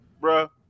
bro